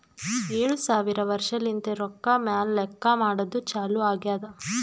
ಏಳು ಸಾವಿರ ವರ್ಷಲಿಂತೆ ರೊಕ್ಕಾ ಮ್ಯಾಲ ಲೆಕ್ಕಾ ಮಾಡದ್ದು ಚಾಲು ಆಗ್ಯಾದ್